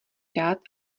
rád